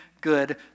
good